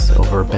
over